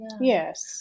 Yes